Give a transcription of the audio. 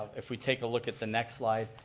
if we take a look at the next slide.